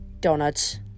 Donuts